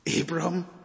Abram